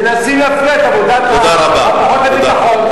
מנסים להפריע לכוחות הביטחון,